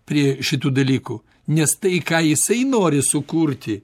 prie šitų dalykų nes tai ką jisai nori sukurti